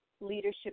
Leadership